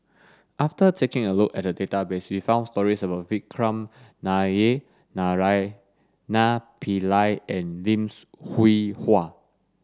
after taking a look at the database we found stories about Vikram Nair Naraina Pillai and Lim Hwee Hua